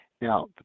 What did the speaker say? Now